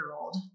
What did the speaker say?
old